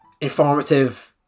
Informative